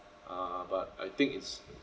uh but I think it's